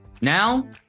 now